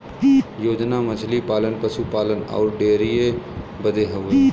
योजना मछली पालन, पसु पालन अउर डेयरीए बदे हउवे